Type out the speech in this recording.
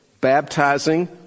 baptizing